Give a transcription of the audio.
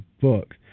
book